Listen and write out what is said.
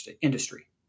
industry